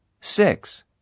Six